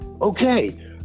Okay